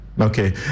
Okay